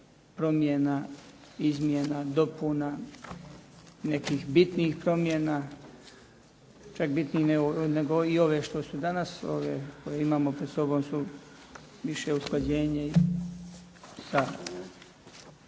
promjena, izmjena, dopuna nekih bitnih promjena, čak bitnijih nego i ove što su danas. Ove koje imamo danas su više usklađenje i …